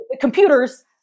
computers